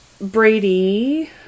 Brady